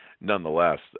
nonetheless